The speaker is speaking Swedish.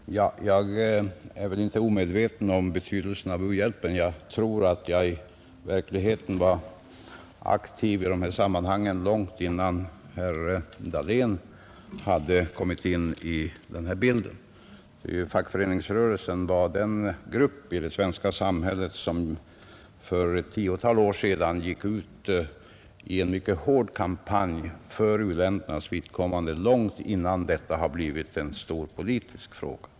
Herr talman! Jag är inte omedveten om betydelsen av u-hjälpen. Jag tror att jag i verkligheten var aktiv i dessa sammanhang långt innan herr Dahlén hade kommit in i bilden här. Fackföreningsrörelsen var den grupp i det svenska samhället som för ett tiotal år sedan gick ut i en mycket hård kampanj för u-ländernas vidkommande långt innan detta hade blivit en stor politisk fråga.